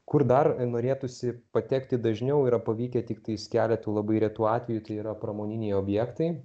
kur dar norėtųsi patekti dažniau yra pavykę tiktais keletu labai retų atvejų tai yra pramoniniai objektai